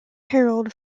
herald